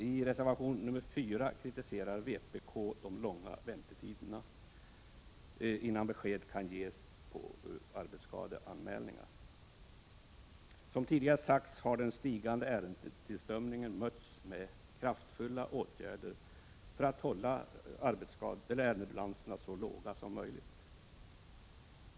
I reservation nr 4 kritiserar vpk de långa väntetiderna innan besked kan ges om arbetsskadeanmälningar. Som tidigare sagts har den stigande ärendetillströmningen mötts med kraftfulla åtgärder för att hålla ärendebalanserna så låga som möjligt.